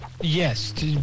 Yes